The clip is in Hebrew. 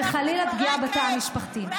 וחלילה פגיעה בתא המשפחתי.